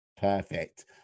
perfect